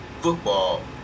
football